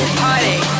party